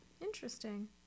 Interesting